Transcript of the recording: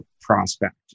prospect